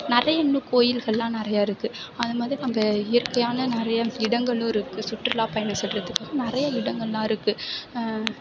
நிறையா இன்னும் கோயில்களெலாம் நிறையா இருக்குது அது மாதிரி நம்ம இயற்கையான நிறையா இடங்களும் இருக்குது சுற்றுலா பயணம் செல்வதுக்கு நிறையா இடங்களெலாம் இருக்குது